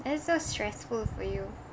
that's so stressful for you